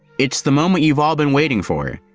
it's the moment you've all been waiting for,